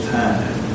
time